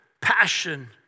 passion